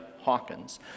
Hawkins